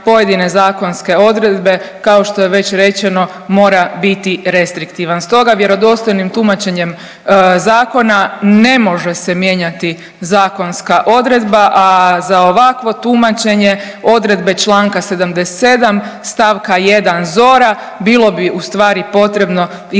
pojedine zakonske odredbe kao što je već rečeno mora biti restriktivan. Stoga vjerodostojnim tumačenjem zakona ne može se mijenjati zakonska odredba, a za ovakvo tumačenje odredbe Članka 77. stavka 1. ZOR-a bilo ustvari potrebno izmijeniti